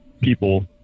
people